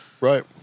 Right